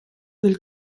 del